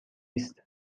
است